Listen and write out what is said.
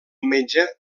metge